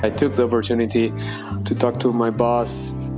i took the opportunity to talk to my boss.